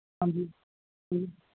ਹਾਂਜੀ ਹੁੰ